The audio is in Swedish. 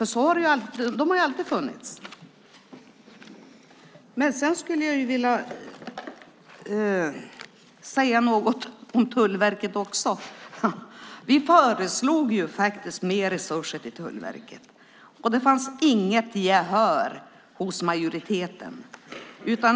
De har ju alltid funnits. Jag vill säga något om Tullverket också. Vi föreslog faktiskt mer resurser till Tullverket, och det fick inget gehör hos majoriteten.